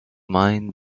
mind